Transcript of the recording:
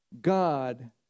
God